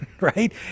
right